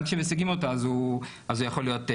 גם כשמשיגים אותו אז הוא יכול להיות רלוונטי,